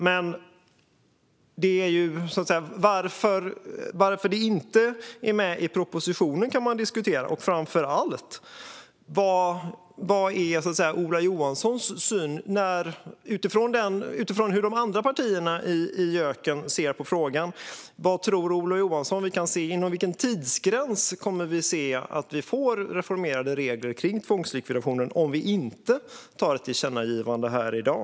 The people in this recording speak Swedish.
Men man kan diskutera varför det inte är med i propositionen. Vilken är Ola Johanssons syn? Utifrån hur de andra partierna i JÖK ser på frågan, inom vilken tidsgräns tror Ola Johansson att vi kommer att få reformerade regler om tvångslikvidation om vi inte gör ett tillkännagivande här i dag?